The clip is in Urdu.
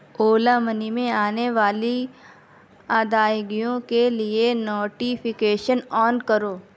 اولا منی میں آنے والی ادائیگیوں کے لیے نوٹیفکیشن آن کرو